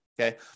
okay